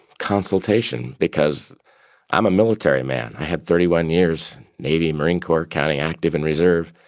consultation because i'm a military man. i had thirty one years, navy marine corps, counting active and reserve.